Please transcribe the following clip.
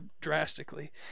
drastically